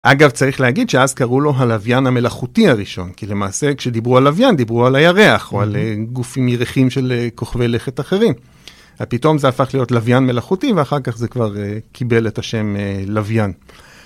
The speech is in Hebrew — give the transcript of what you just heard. אגב, צריך להגיד שאז קראו לו הלווין המלאכותי הראשון, כי למעשה כשדיברו על לווין דיברו על הירח או על גופים ירחים של כוכבי לכת אחרים. ופתאום זה הפך להיות לווין מלאכותי ואחר כך זה כבר קיבל את השם לווין.